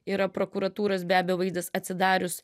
yra prokuratūros be abejo vaidas atsidarius